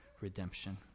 redemption